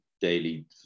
daily